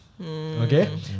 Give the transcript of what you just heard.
okay